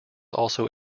also